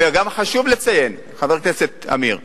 וגם חשוב לציין, חבר הכנסת עמיר פרץ,